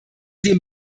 dem